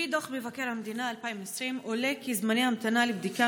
בדוח מבקר המדינה 2020 עולה כי זמני ההמתנה לבדיקה